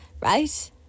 right